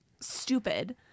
stupid